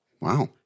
Wow